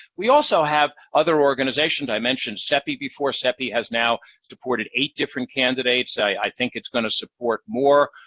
we also have other organizations. i mentioned cepi before. cepi has now supported eight different candidates. i think it's going to support more.